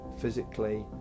physically